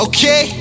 Okay